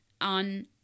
on